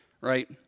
right